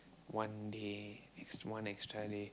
one day one extra day